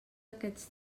aquests